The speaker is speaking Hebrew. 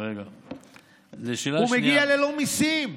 הוא מגיע ללא מיסים.